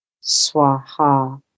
Swaha